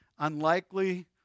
unlikely